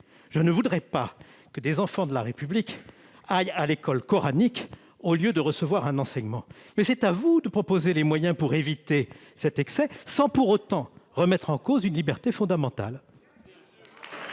Je ne voudrais pas que des enfants de la République aillent à l'école coranique sous couvert d'être scolarisés à domicile ; mais c'est à vous de proposer les moyens d'éviter cette dérive sans pour autant remettre en cause une liberté fondamentale